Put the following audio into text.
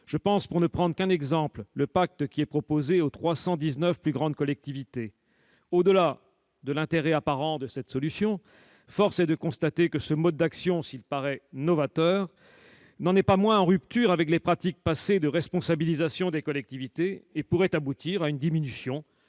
Je pense, pour ne prendre qu'un exemple, au pacte qui est proposé aux 319 plus grandes collectivités. Au-delà de l'intérêt apparent de cette solution, force est de constater que ce mode d'action, s'il paraît novateur, n'en est pas moins en rupture avec les pratiques passées de responsabilisation des collectivités et pourrait aboutir à une diminution